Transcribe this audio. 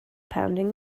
pounding